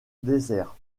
désert